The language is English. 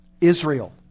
Israel